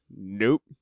Nope